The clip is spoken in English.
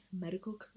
medical